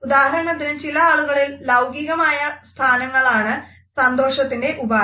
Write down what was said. ഉദാഹരണത്തിന് ചില ആളുകളിൽ ലൌകികമായ സ്ഥാനമാണങ്ങളാണ് സന്തോഷത്തിന്റെ ഉപാധി